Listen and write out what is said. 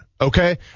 okay